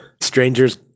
Strangers